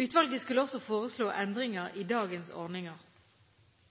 Utvalget skulle også foreslå endringer i dagens ordninger.